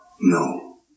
No